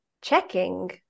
checking